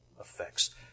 effects